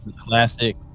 classic